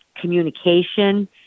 communication